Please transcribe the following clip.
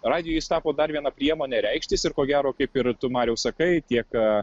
radijui jis tapo dar viena priemone reikštis ir ko gero kaip ir tu mariau sakai tiek